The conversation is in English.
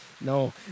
No